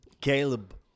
Caleb